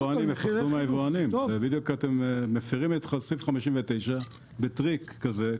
אז מוסכי היבואנים --- אתם בדיוק מפרים את סעיף 59 בטריק כזה,